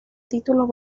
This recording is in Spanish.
títulos